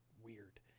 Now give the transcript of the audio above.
weird